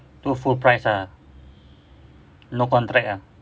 tu full price ah no contract ah